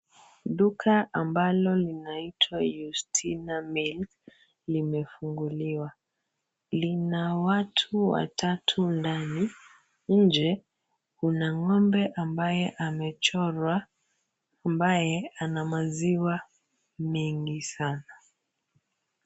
Duka ambalo linaitwa Yustina milk limefunguliwa. Lina watu watatu ndani .Nje kuna ng'ombe ambaye amechorwa ambaye ana maziwa mengi sana.